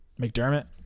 McDermott